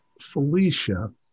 Felicia